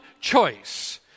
choice